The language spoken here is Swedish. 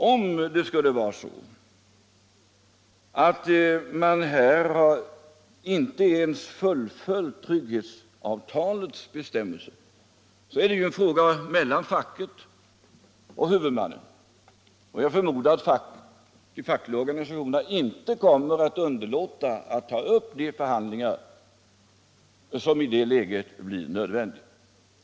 Om det skulle vara så att man här inte ens har följt trygghetsavtalets bestämmelser är det en fråga mellan facket och huvudmannen, och jag förmodar att de fackliga organisationerna inte kommer att underlåta att ta upp de förhandlingar som i det läget blir nödvändiga.